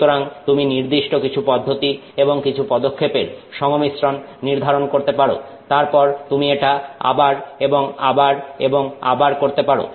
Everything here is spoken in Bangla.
সুতরাং তুমি নির্দিষ্ট কিছু পদ্ধতি এবং কিছু পদক্ষেপের সংমিশ্রণ নির্ধারণ করতে পারো তারপর তুমি এটা আবার এবং আবার এবং আবার করতে পারো